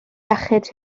iechyd